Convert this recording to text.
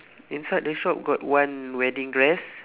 inside the shop got one wedding dress